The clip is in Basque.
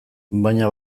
baina